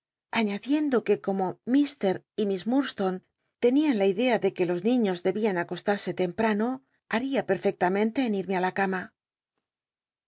añadiendo que como ir y miss iurdstone tenian la idea de que los niños debían acostarse temprano haria perfectamente en ilmc l la cama